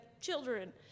children